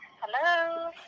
hello